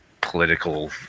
political